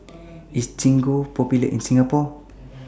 IS Gingko Popular in Singapore